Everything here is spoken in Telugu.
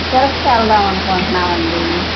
తిరపతి వెళ్దాము అనుకుంటున్నామండీ